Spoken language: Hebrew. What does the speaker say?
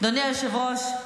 אדוני היושב-ראש,